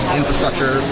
infrastructure